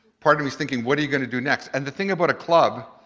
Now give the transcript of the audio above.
part of me is thinking, what are you gonna do next? and the thing about a club,